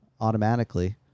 automatically